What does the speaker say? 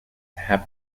have